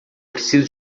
preciso